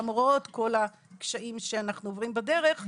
למרות כל הקשיים שאנחנו עוברים בדרך.